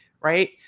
right